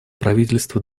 правительство